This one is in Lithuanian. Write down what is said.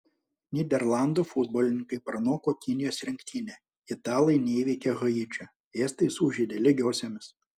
nyderlandų futbolininkai pranoko kinijos rinktinę italai neįveikė haičio estai sužaidė lygiosiomis